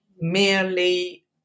merely